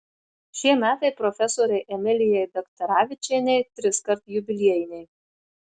šie metai profesorei emilijai daktaravičienei triskart jubiliejiniai